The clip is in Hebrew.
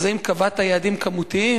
האם קבעת יעדים כמותיים?